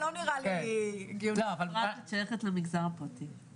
למרות שהעירייה לא מעסיקה את העובדים באופן ישיר אלא דרך חברה עירונית.